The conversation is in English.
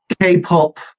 K-pop